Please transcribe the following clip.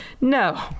no